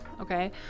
Okay